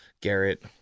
garrett